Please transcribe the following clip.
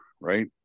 right